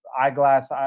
eyeglass